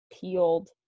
peeled